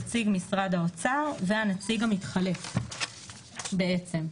נציג משרד האוצר והנציג המתחלף בעצם,